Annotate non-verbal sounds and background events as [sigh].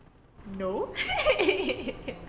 no [laughs]